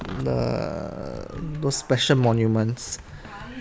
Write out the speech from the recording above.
the those special monuments